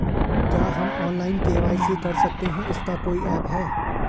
क्या हम online KYC कर सकते हैं इसका कोई ऐप है?